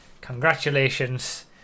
congratulations